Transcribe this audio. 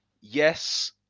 yes